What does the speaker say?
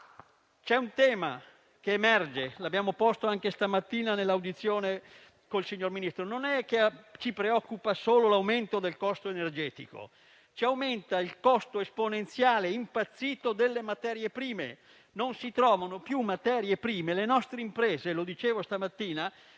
C'è un tema che emerge e che abbiamo posto anche stamattina nell'audizione con il signor Ministro. Non è che ci preoccupa solo l'aumento del costo energetico; ci preoccupa il costo esponenziale impazzito delle materie prime: non se ne trovano più e le nostre imprese - come dicevo stamattina